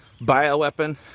bioweapon